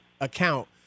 account